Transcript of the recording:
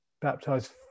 baptized